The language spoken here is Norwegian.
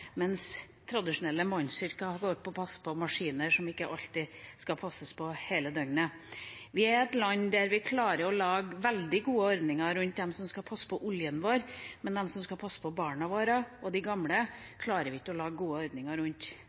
mens tradisjonelle mannsyrker handler om å passe på maskiner, som ikke alltid skal passes på hele døgnet. Vi har et land der man klarer å lage veldig gode ordninger rundt dem som skal passe på olja vår, men dem som skal passe på barna våre og de gamle, klarer man ikke å lage gode ordninger rundt.